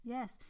Yes